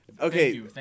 Okay